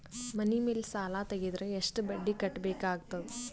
ಮನಿ ಮೇಲ್ ಸಾಲ ತೆಗೆದರ ಎಷ್ಟ ಬಡ್ಡಿ ಕಟ್ಟಬೇಕಾಗತದ?